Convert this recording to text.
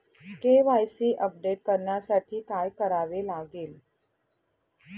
KYC update करण्यासाठी काय करावे लागेल?